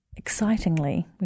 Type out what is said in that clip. Excitingly